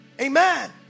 Amen